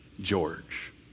George